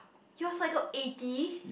you all cycle eighty